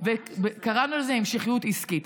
וקראנו לזה המשכיות עסקית.